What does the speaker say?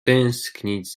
tęsknić